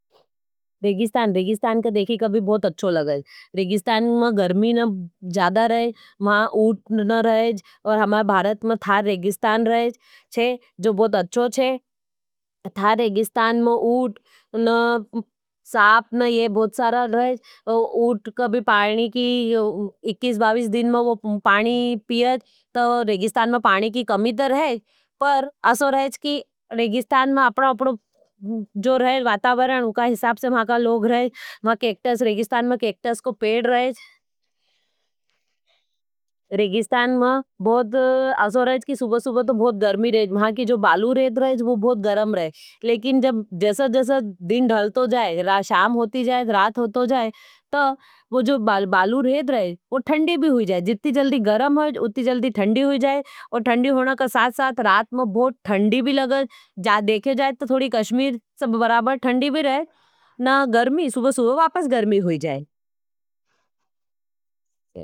रेगिस्तान, रेगिस्तान का देखी कभी बहुत अच्छो लगाईज। रेगिस्तान में गर्मी ज़्यादा रहेज, महा उट न रहेज। और हमारे भारत में था रेगिस्तान रहेज चे, जो बहुत अच्छो चे। था रेगिस्तान में उट न साप न ये बहुत सारा रहेज। उट कभी पानी की, इक्कीस बावीस दिन में वो पानी पियाज। तो रेगिस्तान में पानी की कमी तर रहेज। पर अच्छो रहेज की, रेगिस्तान में अपना अपनो जो रहेज वातावराण उका हिसाप से महा का लोग रहेज। महा केक्टस, रेगिस्तान में केक्टस को पेड रहेज। रेगिस्तान में बहुत अच्छो रहेज की, सुबह-सुबह तो बहुत गर्मी रहेज। महा की जो बालू रहेज रहेज, वो बहुत गर्म रहेज। लेकिन जब जसर-जसर दिन धलतो जाए, शाम होती जाए, रात होतो जाए, तो जो बालू रहेज रहेज, वो ठंडी भी हुई जाए। जितनी जल्दी गर्म है, उतनी जल्दी ठंडी हुई जाए। और ठंडी होना का साथ-साथ रात में बहुत ठंडी भी लगेज। जाए देखे जाए, तो थोड़ी कश्मीर सब बराबर ठंडी भी रहे, न गर्मी, सुबह सुबह वापस गर्मी हुई जाए।